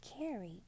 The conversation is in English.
carry